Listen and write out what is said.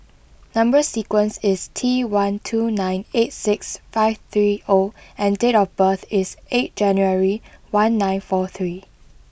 number sequence is T one two nine eight six five three O and date of birth is eight January one nine four three